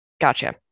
Gotcha